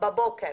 בבוקר